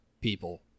people